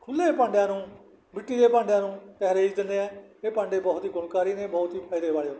ਖੁੱਲੇ ਭਾਂਡਿਆਂ ਨੂੰ ਮਿੱਟੀ ਦੇ ਭਾਂਡਿਆਂ ਨੂੰ ਤਰਜੀਹ ਦਿੰਦੇ ਹੈ ਇਹ ਭਾਂਡੇ ਬਹੁਤ ਹੀ ਗੁਣਕਾਰੀ ਨੇ ਬਹੁਤ ਹੀ ਫ਼ਾਇਦੇ ਵਾਲੇ ਹੁੰਦੇ ਨੇ